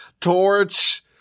Torch